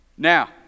Now